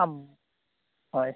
ᱦᱳᱭ